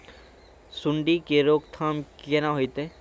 सुंडी के रोकथाम केना होतै?